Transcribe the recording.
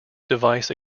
device